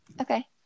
Okay